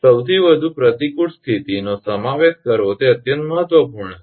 સૌથી વધુ પ્રતિકૂળ સ્થિતિ નો સમાવેશ કરવો તે અત્યંત મહત્વપૂર્ણ છે